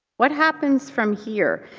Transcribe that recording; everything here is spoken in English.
what happens from here?